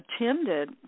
attended